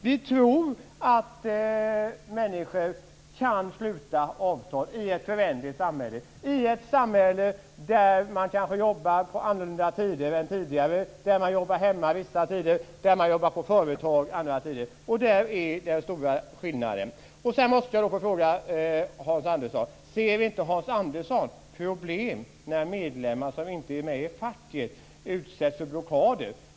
Vi tror att människor kan sluta avtal i ett föränderligt samhälle, i ett samhälle där man kanske jobbar på annorlunda tider än tidigare. Man kanske jobbar hemma vissa tider och jobbar på företag andra tider. Däri ligger den stora skillnaden. Jag måste fråga Hans Andersson om han inte ser problem när medlemmar som inte är med i facket utsätts för blockader?